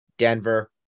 Denver